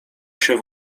się